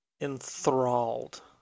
enthralled